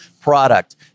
product